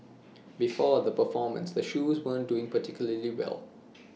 before the performance the shoes weren't doing particularly well